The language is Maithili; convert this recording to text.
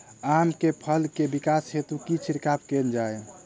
आम केँ फल केँ विकास हेतु की छिड़काव कैल जाए?